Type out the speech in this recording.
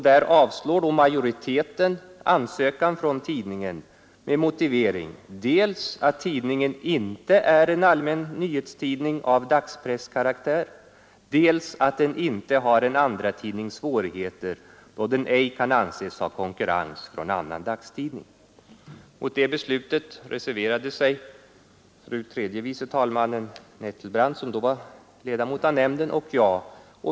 Där avslår majoriteten en ansökan från tidningen med motivering dels att tidningen inte är en allmän nyhetstidning av dagspresskaraktär, dels att den inte har en andratidnings svårigheter, då den ej kan anses ha konkurrens från annan dagstidning. Mot det beslutet reserverade sig fru tredje vice talmannen Nettelbrandt, som då var ledamot av nämnden, och jag.